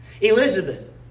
Elizabeth